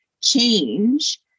change